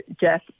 Jeff